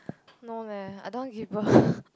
no leh I don't want give birth